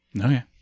Okay